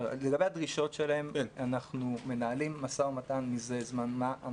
אנחנו מנהלים משא-ומתן זה זמן מה.